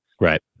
right